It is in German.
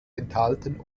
enthalten